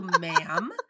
ma'am